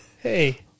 Hey